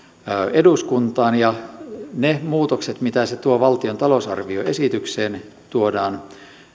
eduskuntaan ja ne muutokset mitä se tuo valtion talousarvioesitykseen tuodaan